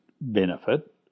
benefit